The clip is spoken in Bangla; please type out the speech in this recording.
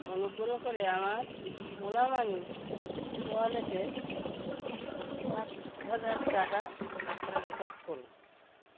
অনুগ্রহ করে আমার ওলা মানি ওয়ালেটে এক হাজার টাকা স্থানান্তর করুন